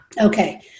Okay